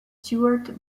stewart